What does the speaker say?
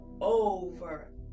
over